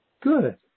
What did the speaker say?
Good